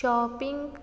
shopping